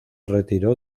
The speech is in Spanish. retiró